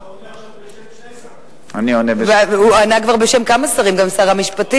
אתה עונה עכשיו בשם שני שרים.